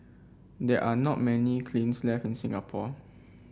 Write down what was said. there are not many kilns left in Singapore